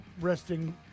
resting